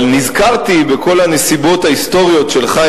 אבל נזכרתי בכל הנסיבות ההיסטוריות שלך,